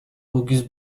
auguste